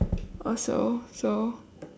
also so